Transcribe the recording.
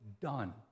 done